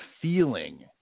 feeling